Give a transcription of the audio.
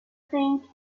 thing